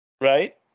Right